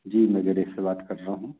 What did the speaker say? जी मैं गेरज से बात कर रहा हूँ